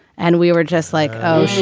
and we were just like, oh, shit.